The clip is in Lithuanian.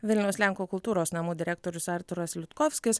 vilniaus lenkų kultūros namų direktorius artūras liudkovskis